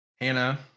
Hannah